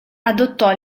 adottò